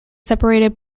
separated